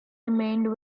remained